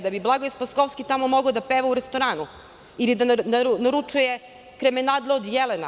Da bi Blagoje Spaskovski tamo mogao da peva u restoranu ili da naručuje krmenadle od jelena.